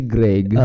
Greg